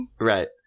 Right